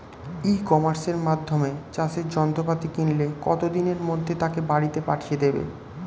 ই কমার্সের মাধ্যমে চাষের যন্ত্রপাতি কিনলে কত দিনের মধ্যে তাকে বাড়ীতে পাঠিয়ে দেবে?